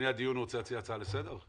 הדיון הוא רוצה להציע הצעה לסדר?